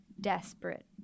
desperate